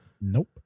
Nope